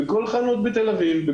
בכל חנות בתל אביב,